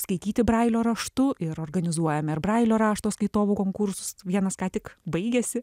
skaityti brailio raštu ir organizuojame ir brailio rašto skaitovų konkursus vienas ką tik baigėsi